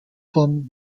vom